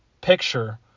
picture